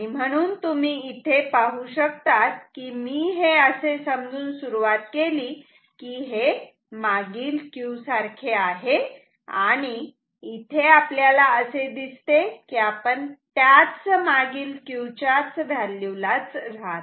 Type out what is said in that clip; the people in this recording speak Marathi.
म्हणून तुम्ही इथे पाहू शकतात कि मी हे असे समजून सुरुवात केली की हे मागील Q सारखे आहे आणि इथे आपल्याला असे दिसते की आपण त्याच मागील Q च्या व्हॅल्यूलाच राहतो